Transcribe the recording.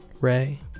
Ray